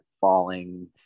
falling